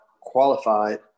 qualified